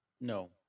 No